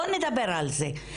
בואו נדבר על זה.